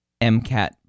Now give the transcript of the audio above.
MCAT